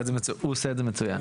הוא עושה את זה מצוין.